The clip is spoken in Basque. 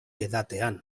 edatean